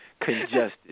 Congested